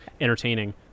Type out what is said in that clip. entertaining